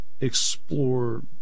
explore